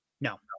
No